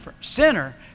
sinner